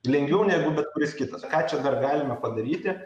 lengviau negu bet kuris kitas o ką čia dar galime padaryti